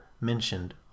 mentioned